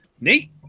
Neat